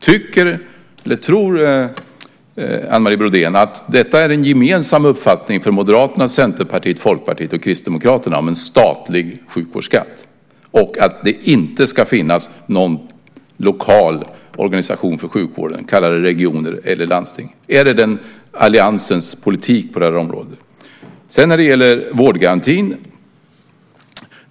Tror Anne Marie Brodén att det är en gemensam uppfattning från Moderaterna, Centerpartiet, Folkpartiet och Kristdemokraterna att vi ska ha en statlig sjukvårdsskatt och att det inte ska finnas någon lokal organisation för sjukvården - kalla det regioner eller landsting? Är det alliansens politik på det här området? Sedan gäller det vårdgarantin.